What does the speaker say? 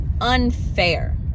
unfair